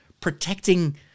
protecting